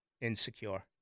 insecure